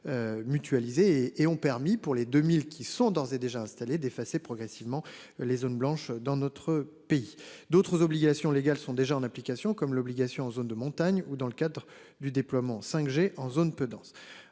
Mutualisées et ont permis pour les 2000. Qui sont d'ores et déjà installés d'effacer progressivement les zones blanches dans notre pays, d'autres obligations légales sont déjà en application, comme l'obligation en zone de montagne, ou dans le cadre du déploiement 5G en zone peu dense.